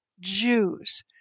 Jews